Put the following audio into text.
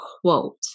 quote